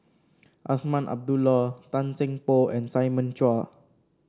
Azman Abdullah Tan Seng Poh and Simon Chua